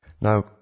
Now